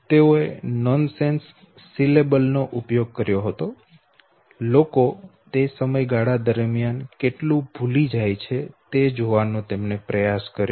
તેઓએ nonsense syllable નો ઉપયોગ કર્યો હતો લોકો તે સમયગાળા દરમિયાન કેટલું ભૂલી જાય છે તે જોવાનો પ્રયાસ કર્યો